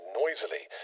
noisily